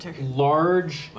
Large